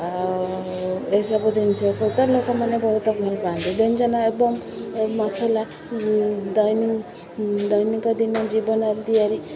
ଆଉ ଏସବୁ ଜିନିଷକୁ ତ ଲୋକମାନେ ବହୁତ ଭଲ ପାଆନ୍ତି ବ୍ୟଞ୍ଜନ ଏବଂ ମସଲା ଦୈନିକ ଦିନ ଜୀବନରେ ତିଆରି